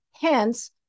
hence